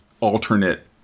alternate